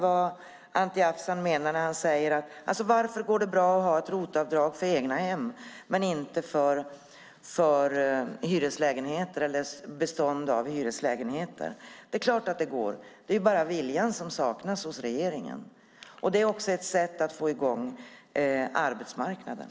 Varför går det bra att ha ett ROT-avdrag för egna hem, men inte för bestånd av hyreslägenheter? Det är klart att det går. Det är bara viljan som saknas hos regeringen. Det är också ett sätt att få i gång arbetsmarknaden.